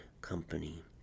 company